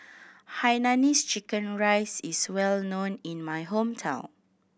Hainanese chicken rice is well known in my hometown